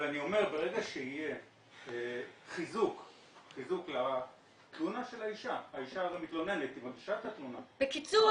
ברגע שיהיה חיזוק לתלונה של האישה המגישה את התלונה --- בקיצור,